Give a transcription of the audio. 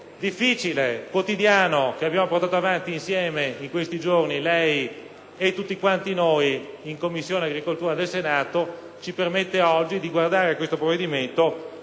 difficile e quotidiano che abbiamo portato avanti insieme a lei in questi giorni, in Commissione agricoltura del Senato, ci permette oggi di guardare a questo provvedimento